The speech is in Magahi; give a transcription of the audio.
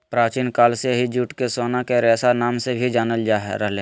प्राचीन काल से ही जूट के सोना के रेशा नाम से भी जानल जा रहल हय